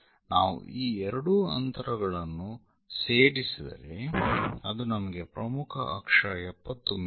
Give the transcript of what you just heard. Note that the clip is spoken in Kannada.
ನಾವು ಈ ಎರಡೂ ಅಂತರಗಳನ್ನು ಸೇರಿಸಿದರೆ ಅದು ನಮಗೆ ಪ್ರಮುಖ ಅಕ್ಷ 70 ಮಿ